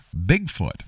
Bigfoot